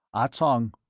ah tsong,